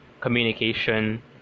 communication